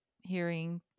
hearing